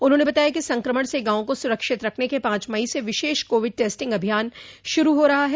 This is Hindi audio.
उन्होंने बताया कि संक्रमण से गांवों को सुरक्षित रखने के पांच मई से विशेष कोविड टेस्टिंग अभियान शुरू हो रहा है